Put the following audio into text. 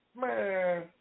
Man